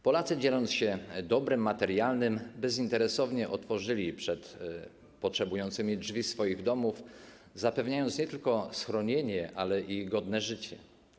Polacy, dzieląc się dobrem materialnym, bezinteresownie otworzyli przed potrzebującymi drzwi swoich domów, zapewniając nie tylko schronienie, ale i godne życie.